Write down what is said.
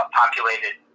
populated